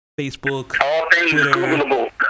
Facebook